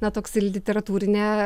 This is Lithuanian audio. na toks ir literatūrinė